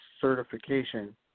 certification